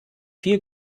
viel